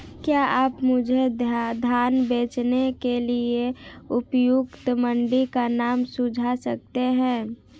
क्या आप मुझे धान बेचने के लिए उपयुक्त मंडी का नाम सूझा सकते हैं?